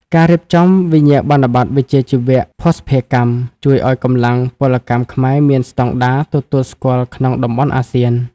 ការរៀបចំ "វិញ្ញាបនបត្រវិជ្ជាជីវៈភស្តុភារកម្ម" ជួយឱ្យកម្លាំងពលកម្មខ្មែរមានស្ដង់ដារទទួលស្គាល់ក្នុងតំបន់អាស៊ាន។